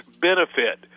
benefit